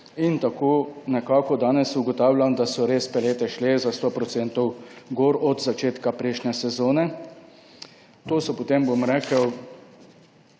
In tako nekako danes ugotavljam, da so res pelete šle za 100 % gor od začetka prejšnje sezone. To so potem tako rekoč